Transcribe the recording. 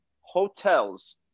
hotels